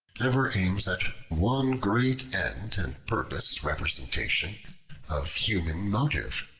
ever aims at one great end and purpose representation of human motive,